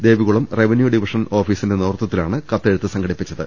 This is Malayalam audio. ദേവികുളം റവന്യൂ ഡിവിഷൻ ഓഫീസിന്റെ നേതൃത്വത്തിലാണ് കത്തെഴുത്ത് സംഘടിപ്പിച്ചത്